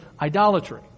idolatry